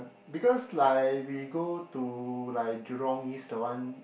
because like we go to like Jurong East the one